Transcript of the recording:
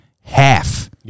half